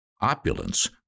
opulence